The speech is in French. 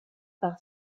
par